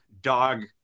dog